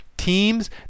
Teams